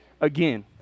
Again